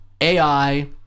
AI